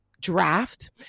draft